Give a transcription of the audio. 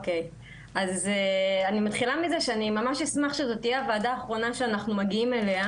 אני מתחילה מזה שאני אשמח שזו תהיה הוועדה האחרונה שאנחנו מגיעים אליה,